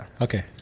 Okay